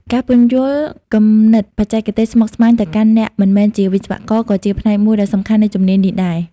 ការពន្យល់គំនិតបច្ចេកទេសស្មុគស្មាញទៅកាន់អ្នកមិនមែនជាវិស្វករក៏ជាផ្នែកមួយដ៏សំខាន់នៃជំនាញនេះដែរ។